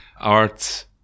Arts